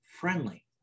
friendly